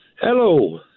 Hello